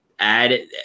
add